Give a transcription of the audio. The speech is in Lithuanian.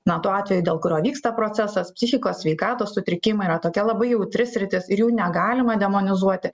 na tuo atveju dėl kurio vyksta procesas psichikos sveikatos sutrikimai yra tokia labai jautri sritis ir jų negalima demonizuoti